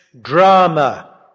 drama